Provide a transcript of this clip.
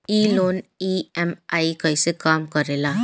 ई loan EMI कईसे काम करेला?